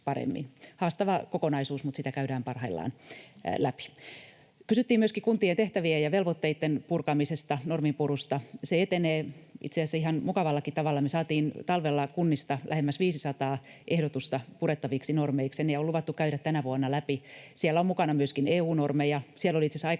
Haastava kokonaisuus, mutta sitä käydään parhaillaan läpi. Kysyttiin myöskin kuntien tehtävien ja velvoitteitten purkamisesta, norminpurusta. Se etenee itse asiassa ihan mukavallakin tavalla. Me saatiin talvella kunnista lähemmäs 500 ehdotusta purettaviksi normeiksi, ja ne on luvattu käydä tänä vuonna läpi. Siellä on mukana myöskin EU-normeja.